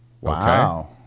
Wow